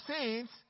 saints